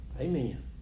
Amen